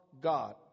God